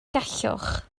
gallwch